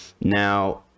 Now